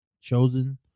chosen